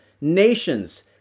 nations